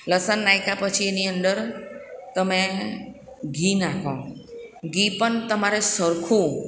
લસન નાખ્યા પછી એની અંદર તમે ઘી નાખો ઘી પણ તમારે સરખું